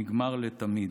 נגמר לתמיד".